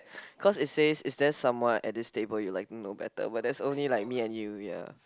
cause is say is there someone at this table you liking no better but that's only like me and you ya